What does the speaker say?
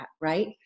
Right